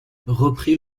reprit